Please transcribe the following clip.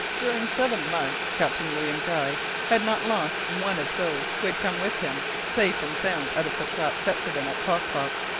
during seven months captain william guy had not lost one of those who had come with him safe and sound out of the trap set for them at klock-klock,